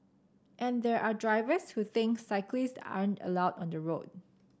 and there are drivers who think cyclists aren't allowed on the road